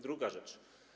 Druga rzecz.